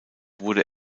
wurde